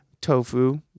tofu